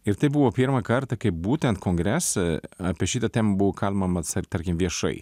ir tai buvo pirmą kartą kaip būtent kongrese apie šitą ten buvo kalbama tarkim viešai